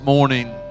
morning